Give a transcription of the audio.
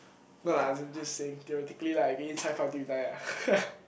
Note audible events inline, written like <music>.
no lah as in just saying theoretically lah you can eat cai-fan until you die ah <laughs>